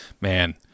Man